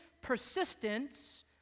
persistence